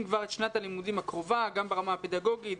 את שנת הלימודים הקרובה גם ברמה הפדגוגית,